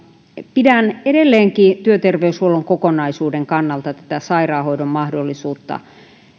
pidän edelleenkin työterveyshuollon kokonaisuuden kannalta tätä sairaanhoidon mahdollisuutta